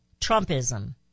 Trumpism